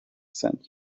sent